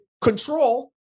control